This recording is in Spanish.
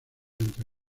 entre